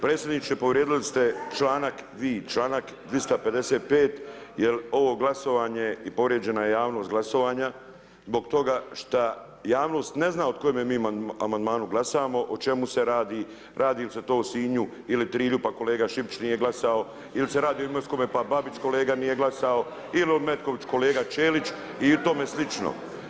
Predsjedniče povrijedili ste vi čl. 255. jer ovo glasovanje i povrijeđena je javnost glasovanja, zbog toga što javnost ne zna o kojemu mi amandmanu glasamo, o čemu se radi, radi li se to o Sinju ili Trilju, pa kolega Šipić nije glasao, ili se radi o imovinskome, pa Babić kolega nije glasao, ili o Metkoviću, kolega Čelić i tomu slično.